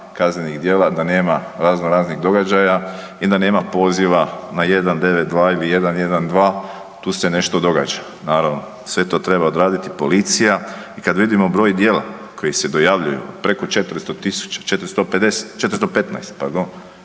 kaznenih djela, da nema razno raznih događaja ili da nema poziva na 192 ili 112 tu se nešto događa? Naravno sve to treba odraditi policija. I kada vidimo broj djelatnika koji se dojavljuju preko 400 tisuća, 415 to